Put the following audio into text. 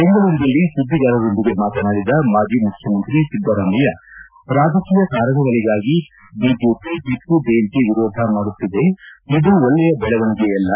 ಬೆಂಗಳೂರಿನಲ್ಲಿ ಸುದ್ದಿಗಾರರೊಂದಿಗೆ ಮಾತನಾಡಿದ ಮಾಜಿ ಮುಖ್ಯಮಂತ್ರಿ ಸಿದ್ದರಾಮಯ್ಯ ರಾಜಕೀಯ ಕಾರಣಗಳಿಗಾಗಿ ಬಿಜೆಪಿ ಟಿಪ್ಪು ಜಯಂತಿ ವಿರೋಧ ಮಾಡುತ್ತಿದೆ ಇದು ಒಳ್ಳೆಯ ಬೆಳವಣಿಗೆಯಲ್ಲ